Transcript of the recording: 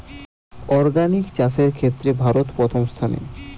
organic চাষের ক্ষেত্রে ভারত প্রথম স্থানে